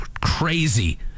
crazy